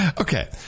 Okay